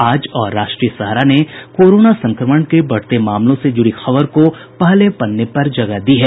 आज और राष्ट्रीय सहारा ने कोरोना संक्रमण के बढ़ते मामलों से जुड़ी खबर को पहले पन्ने पर जगह दी है